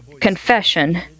confession